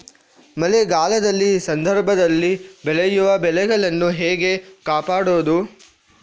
ಮಳೆಗಾಲದ ಸಂದರ್ಭದಲ್ಲಿ ಬೆಳೆಯುವ ಬೆಳೆಗಳನ್ನು ಹೇಗೆ ಕಾಪಾಡೋದು?